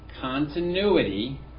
continuity